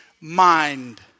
mind